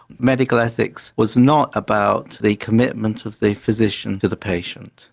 medical ethics was not about the commitment of the physician to the patient.